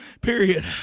period